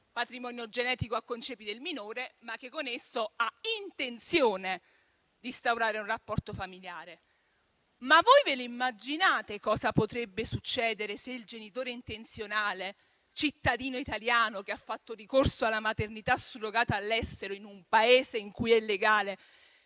patrimonio genetico a concepire il minore, ma che con lui hanno intenzione di instaurare un rapporto familiare. Ma voi immaginate cosa potrebbe succedere se il genitore intenzionale, cittadino italiano, che ha fatto ricorso alla maternità surrogata all'estero in un Paese in cui è legale,